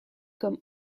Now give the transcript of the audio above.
comme